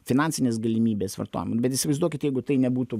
finansinės galimybės vartojam bet įsivaizduokit jeigu tai nebūtų